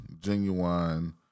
Genuine